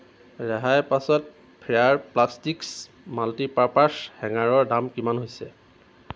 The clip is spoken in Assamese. ৰেহাইৰ পাছত ফেয়াৰ প্লাষ্টিকছ্ মাল্টিপাৰ্পাছ হেঙাৰৰ দাম কিমান হৈছে